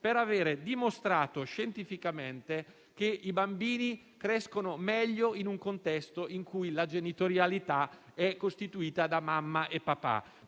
per aver dimostrato scientificamente che i bambini crescono meglio in un contesto in cui la genitorialità è costituita da mamma e papà.